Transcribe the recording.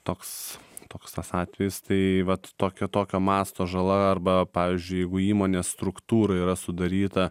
toks toks tas atvejis tai vat tokio tokio masto žala arba pavyzdžiui jeigu įmonės struktūra yra sudaryta